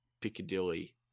Piccadilly